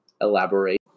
Elaborate